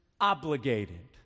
obligated